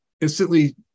instantly